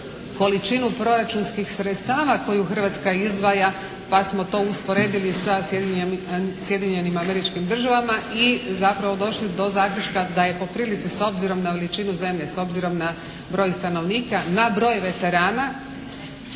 količinu proračunskih sredstava koje Hrvatska izdvaja. Pa smo to usporedili sa Sjedinjenim Američkim Državama i zapravo došli do zaključka da je po prilici, s obzirom na veličinu zemlje, s obzirom na broj stanovnika na broj veterana